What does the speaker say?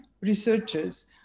researchers